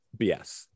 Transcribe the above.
BS